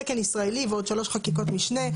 תקן ישראלי ועוד 3 חקיקות משנה.